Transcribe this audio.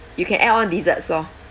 you can add on desserts lor